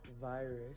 virus